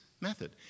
method